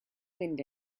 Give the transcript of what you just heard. wind